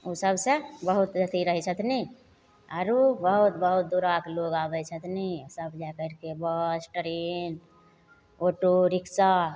उ सबसँ बहुत अथी रहय छथिन आरो बहुत बहुत दूराके लोग आबय छथिन आओर सब जा करिके बस ट्रेन ऑटो रिक्शा